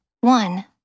one